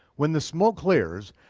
when the smoke clears,